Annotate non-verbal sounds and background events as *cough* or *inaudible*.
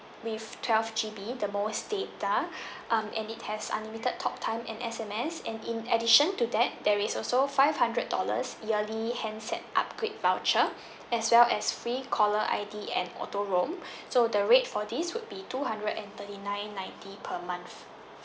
with twelve G_B the most data *breath* um it has unlimited talk time and S_M_S and in addition to that there is also five hundred dollars yearly handset upgrade voucher as well as free caller I_D and auto roam so the rate for this would be two hundred and thirty nine ninety per month